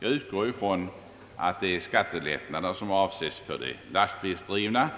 Jag utgår ifrån att de skattelättnader som avses för de lastbilsdrivna